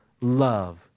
love